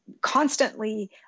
constantly